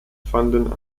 fanden